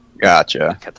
Gotcha